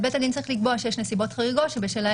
בית הדין צריך לקבוע שיש נסיבות חריגות שבשלן